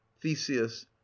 theseus